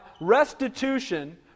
restitution